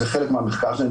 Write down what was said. זה חלק מהמחקר שלי,